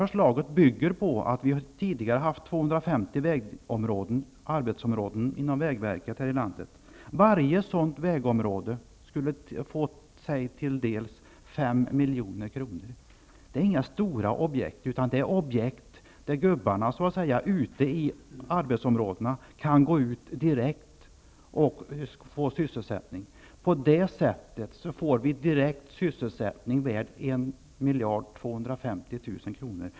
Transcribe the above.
Förslaget bygger på att det tidigare funnits 250 arbetsområden inom vägverket här i landet. Varje sådant vägområde skulle få sig tilldelat 5 milj.kr. Det är inte fråga om några stora objekt, utan det är objekt där ''gubbarna'' i arbetsområdena direkt skulle kunna få sysselsättning. På det sättet skulle direkt sysselsättning skapas, värd 1 250 milj.kr.